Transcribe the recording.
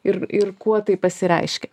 ir ir kuo tai pasireiškia